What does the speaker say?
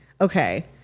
Okay